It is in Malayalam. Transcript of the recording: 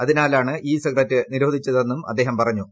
അതിനാലാണ് ഇ സിഗരറ്റ് നിരോധിച്ചത്രെന്നും അദ്ദേഹം പറഞ്ഞു